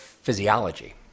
Physiology